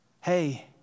Hey